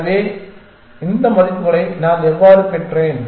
எனவே இந்த மதிப்புகளை நான் எவ்வாறு பெற்றேன்